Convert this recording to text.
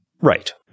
Right